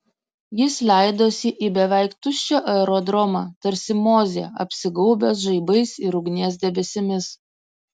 jis leidosi į beveik tuščią aerodromą tarsi mozė apsigaubęs žaibais ir ugnies debesimis